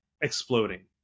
exploding